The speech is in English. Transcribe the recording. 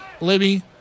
Libby